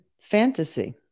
fantasy